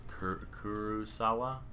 Kurusawa